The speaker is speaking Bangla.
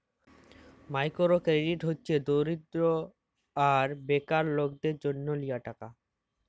মাইকোরো কেরডিট হছে দরিদ্য আর বেকার লকদের জ্যনহ লিয়া টাকা